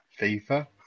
FIFA